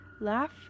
laugh